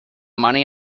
money